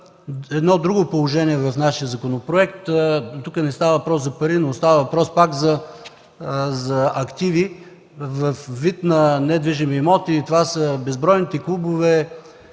едно друго положение в нашия законопроект. Тук не става въпрос за пари, но става въпрос пак за активи във вид на недвижими имоти – това са безбройните клубове,